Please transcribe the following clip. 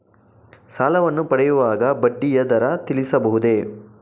ಸಾಲವನ್ನು ಪಡೆಯುವಾಗ ಬಡ್ಡಿಯ ದರ ತಿಳಿಸಬಹುದೇ?